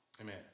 Amen